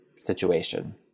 situation